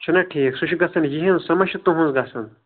چھنا ٹھیٖک سۄ چھِ گژھان یہنز سۄ ما چھِ تُہنز گژھان